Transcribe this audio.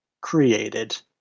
created